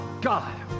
God